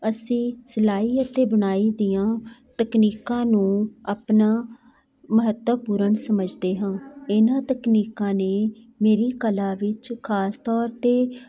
ਅਸੀਂ ਸਿਲਾਈ ਅਤੇ ਬੁਣਾਈ ਦੀਆਂ ਤਕਨੀਕਾਂ ਨੂੰ ਆਪਣਾ ਮਹੱਤਵਪੂਰਨ ਸਮਝਦੇ ਹਾਂ ਇਹਨਾਂ ਤਕਨੀਕਾਂ ਨੇ ਮੇਰੀ ਕਲਾ ਵਿੱਚ ਖਾਸ ਤੌਰ 'ਤੇ